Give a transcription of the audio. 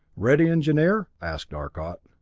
ready, engineer? asked arcot.